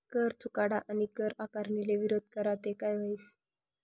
कर चुकाडा आणि कर आकारणीले विरोध करा ते काय व्हस